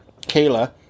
Kayla